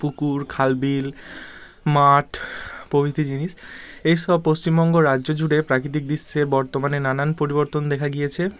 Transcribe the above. পুকুর খাল বিল মাঠ প্রভৃতি জিনিস এইসব পশ্চিমবঙ্গ রাজ্য জুড়ে প্রাকৃতিক দৃশ্যে বর্তমানে নানান পরিবর্তন দেখা গিয়েছে